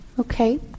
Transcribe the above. Okay